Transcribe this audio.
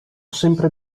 sempre